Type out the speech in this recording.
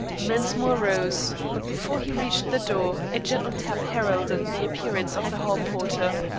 mensmore rose, but before he reached the door a gentle tap heralded the appearance of the hall-porter.